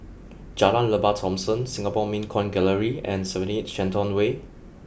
Jalan Lembah Thomson Singapore Mint Coin Gallery and seventy eight Shenton Way